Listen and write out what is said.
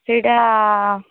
ସେଇଟା